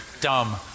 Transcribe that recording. dumb